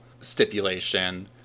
stipulation